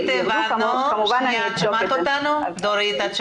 כמובן אני אבדוק את זה.